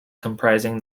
comprising